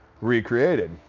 recreated